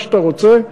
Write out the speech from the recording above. מה שאתה רוצה,